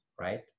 right